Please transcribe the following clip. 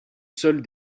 seule